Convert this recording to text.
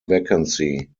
vacancy